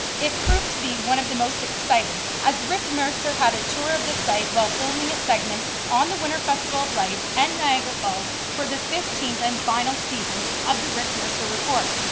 it proved to be one of the most exciting as rick mercer had a tour of the site while filming a segment on the winter festival of lights and niagara falls for the fifteenth and final season of the rick mercer report.